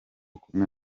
kumwe